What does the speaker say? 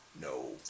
No